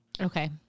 Okay